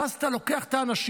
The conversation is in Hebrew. ואז אתה לוקח את האנשים,